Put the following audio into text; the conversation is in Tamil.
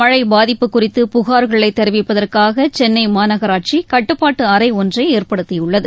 மழை பாதிப்பு குறித்து புகார்களை தெரிவிப்பதற்காக சென்ளை மாநகராட்சி கட்டுப்பாட்டு அறை ஒன்றை ஏற்படுத்தியுள்ளது